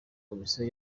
komisiyo